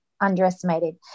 underestimated